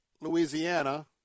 Louisiana